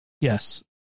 Yes